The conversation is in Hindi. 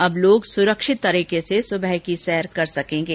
अब लोग सुरक्षित रूप से सुबह की सैर कर सकेंगे